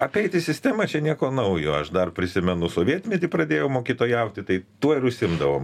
apeiti sistemą čia nieko naujo aš dar prisimenu sovietmety pradėjau mokytojauti tai tuo ir užsiimdavom